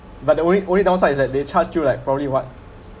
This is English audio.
but the only only downside is that they charge you like probably what